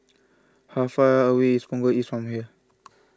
how far away is Punggol East from here